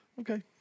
Okay